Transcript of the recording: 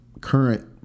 current